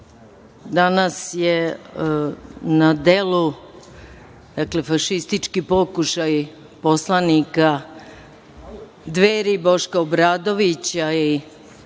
je na delu fašistički pokušaj poslanika Dveri Boška Obradovića i